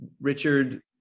Richard